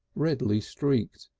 redly streaked.